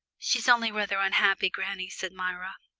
she's only rather unhappy, granny, said myra.